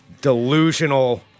delusional—